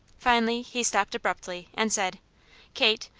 finally he stopped abruptly and said kate,